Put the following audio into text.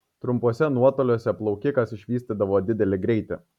trumpuose nuotoliuose plaukikas išvystydavo didelį greitį